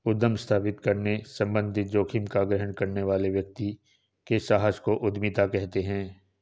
उद्यम स्थापित करने संबंधित जोखिम का ग्रहण करने वाले व्यक्ति के साहस को उद्यमिता कहते हैं